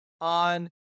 on